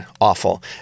Awful